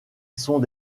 sont